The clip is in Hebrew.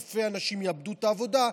שאלפי אנשים יאבדו את העבודה,